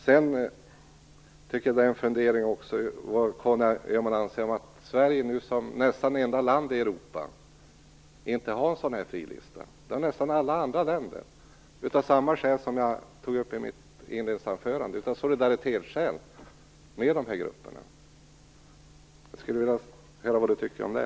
Jag funderar över vad Conny Öhman anser om att Sverige nu nästan är det enda landet i Europa som inte har en frilista. Nästan alla andra länder har det, av samma skäl som jag tog upp i mitt inledningsanförande, nämligen av solidaritet med dessa grupper. Jag skulle vilja höra vad Conny Öhman tycker om det.